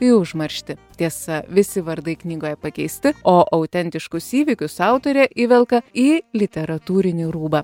į užmarštį tiesa visi vardai knygoje pakeisti o autentiškus įvykius autorė įvelka į literatūrinį rūbą